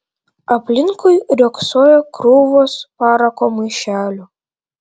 aplinkui riogsojo krūvos parako maišelių